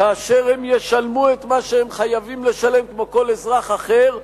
כאשר הם ישלמו את מה שהם חייבים לשלם כמו כל אזרח אחר,